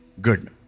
Good